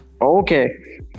Okay